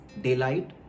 daylight